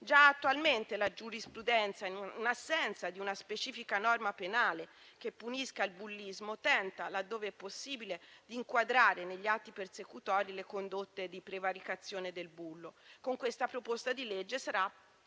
Già attualmente la giurisprudenza, in assenza di una specifica norma penale che punisca il bullismo, tenta, laddove possibile, di inquadrare negli atti persecutori le condotte di prevaricazione del bullo. Con questa proposta normativa sarà